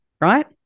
Right